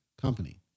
company